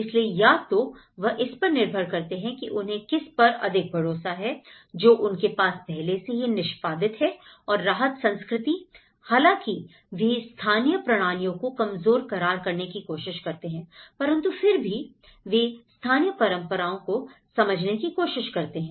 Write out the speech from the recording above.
इसलिए या तो वह इस पर निर्भर करते हैं कि उन्हें किस पर अधिक भरोसा है जो उनके पास पहले से ही निष्पादित है और राहत संस्कृति हालांकि वे स्थानीय प्रणालियों को कमजोर करार करने की कोशिश करते हैं परंतु फिर भी वे स्थानीय परंपराओं को समझने की कोशिश करते हैं